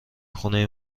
خونه